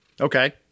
Okay